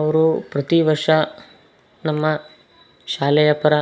ಅವರು ಪ್ರತಿ ವರ್ಷ ನಮ್ಮ ಶಾಲೆಯ ಪರ